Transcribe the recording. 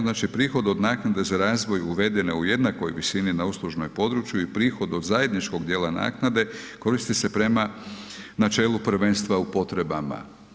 Znači, prihod od naknade za razvoj uvedene u jednakoj visini na uslužnoj području i prihod od zajedničkog dijela naknade koristi se prema načelu prvenstva u potrebama.